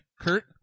Kurt